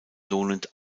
lohnend